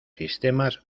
sistemas